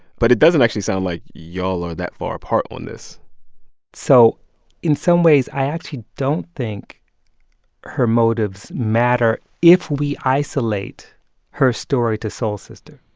but it doesn't actually sound like y'all are that far apart on this so in some ways, i actually don't think her motives matter if we isolate her story to soul sister.